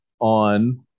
on